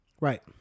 Right